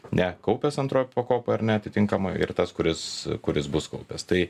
ne kaupęs antroj pakopoj ar ne atitinkamai ir tas kuris kuris bus kaupias tai